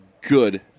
good